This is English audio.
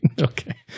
Okay